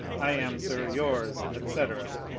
i am, sir, yours, etc,